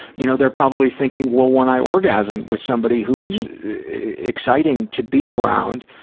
you know, they're probably thinking, well, when i orgasm with somebody who's exciting to be around,